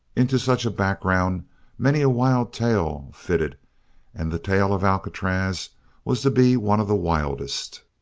into such a background many a wild tale fitted and the tale of alcatraz was to be one of the wildest.